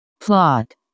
Plot